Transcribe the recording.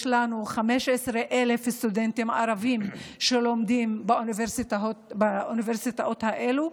יש לנו 15,000 סטודנטים ערבים שלומדים באוניברסיטאות האלו,